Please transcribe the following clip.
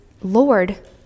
Lord